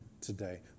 today